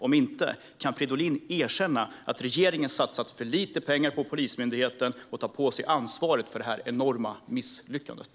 Om inte - kan Fridolin erkänna att regeringen har satsat för lite pengar på Polismyndigheten och ta på sig ansvaret för det enorma misslyckandet?